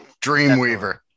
Dreamweaver